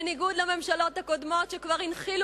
בניגוד לממשלות הקודמות שכבר הנחילו